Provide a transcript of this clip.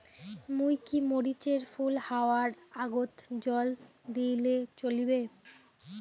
মুই কি মরিচ এর ফুল হাওয়ার আগত জল দিলে চলবে?